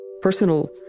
personal